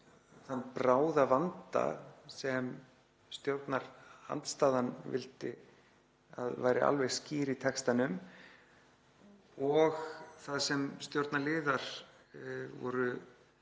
þann bráðavanda sem stjórnarandstaðan vildi að væri alveg skýr í textanum og það sem stjórnarliðar voru